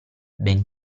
ben